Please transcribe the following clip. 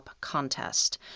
contest